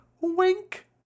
wink